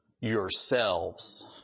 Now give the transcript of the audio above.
Yourselves